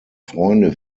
freunde